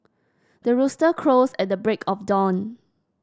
the rooster crows at the break of dawn